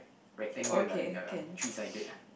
rectangle lah three sided